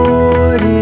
Lord